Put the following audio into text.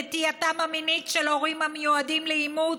נטייתם המינית של הורים המיועדים לאימוץ,